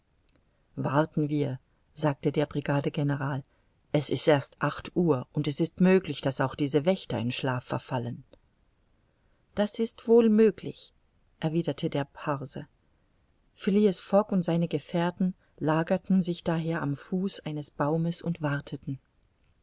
warten wir sagte der brigadegeneral es ist erst acht uhr und es ist möglich daß auch diese wächter in schlaf verfallen das ist wohl möglich erwiderte der parse phileas fogg und seine gefährten lagerten sich daher am fuß eines baumes und warteten